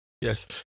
yes